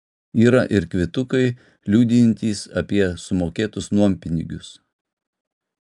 yra ir kvitukai liudijantys apie sumokėtus nuompinigius